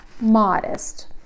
modest